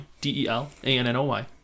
d-e-l-a-n-n-o-y